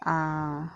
uh